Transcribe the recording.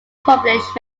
published